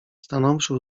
stanąwszy